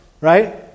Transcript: right